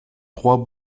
trois